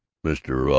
mr.